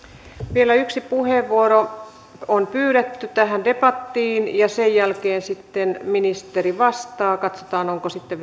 vielä yksi puheenvuoro on pyydetty tähän debattiin ja sen jälkeen sitten ministeri vastaa katsotaan onko sitten